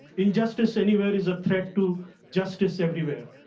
injustice anywhere is a threat to justice everywhere.